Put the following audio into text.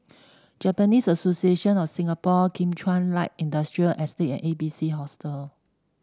Japanese Association of Singapore Kim Chuan Light Industrial Estate and A B C Hostel